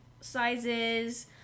sizes